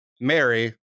mary